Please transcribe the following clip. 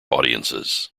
audiences